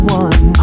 one